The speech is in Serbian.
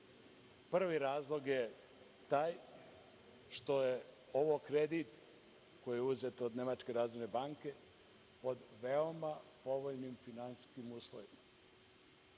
Prvi razlog je taj što je ovo kredit koji je uzet od nemačke Razvojne banke pod veoma povoljnim finansijskim uslovima.